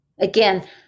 Again